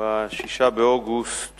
ב-6 באוגוסט